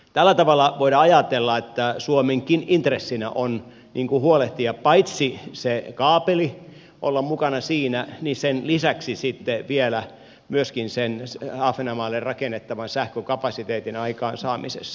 tällä tavalla voidaan ajatella että suomenkin intressinä on paitsi huolehtia se kaapeli ja olla mukana siinä myös lisäksi sitten vielä myöskin olla mukana sen ahvenanmaalle rakennettavan sähkökapasiteetin aikaansaamisessa